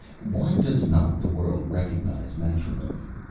why does not the world recognize matrimony?